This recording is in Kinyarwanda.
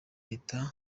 leta